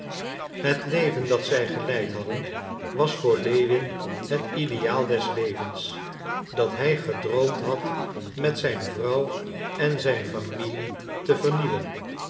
het leven dat zij geleid hadden was voor lewin het ideaal des levens dat hij gedroomd had met zijn vrouw en zijn familie te vernieuwen